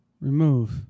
Remove